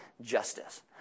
justice